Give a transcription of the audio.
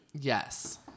Yes